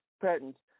patents